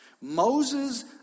Moses